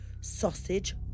sausage